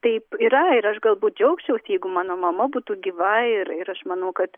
taip yra ir aš galbūt džiaugčiaus jeigu mano mama būtų gyva ir ir aš manau kad